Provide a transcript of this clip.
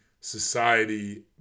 society